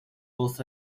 both